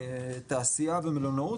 תעשיה ומלונאות,